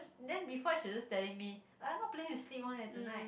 then before that she was just telling me ah not planning to sleep one eh tonight